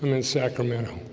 um in sacramento